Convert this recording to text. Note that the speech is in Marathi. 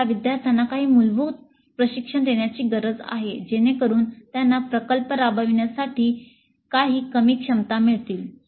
आम्हाला विद्यार्थ्यांना काही मूलभूत प्रशिक्षण देण्याची गरज आहे जेणेकरुन त्यांना प्रकल्प राबविण्यासाठी काही कमी क्षमता मिळतील